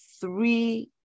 three